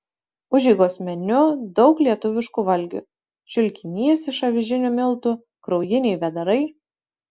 užeigos meniu daug lietuviškų valgių čiulkinys iš avižinių miltų kraujiniai vėdarai